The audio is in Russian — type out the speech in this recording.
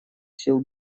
сил